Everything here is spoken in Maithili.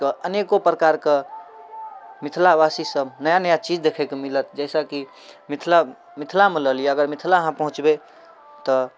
कऽ अनेको प्रकारके मिथिलावासी सब नया नया चीज देखैके मिलत जैसँ कि मिथिला मिथिलामे लऽ लिए अगर मिथिला अहाँ पहुँचबै तऽ